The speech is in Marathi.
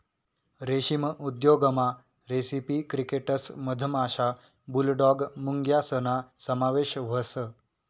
रेशीम उद्योगमा रेसिपी क्रिकेटस मधमाशा, बुलडॉग मुंग्यासना समावेश व्हस